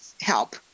help